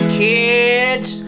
kids